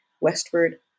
westward